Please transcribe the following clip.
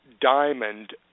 diamond